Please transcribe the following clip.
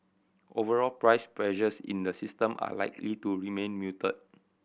overall price pressures in the system are likely to remain muted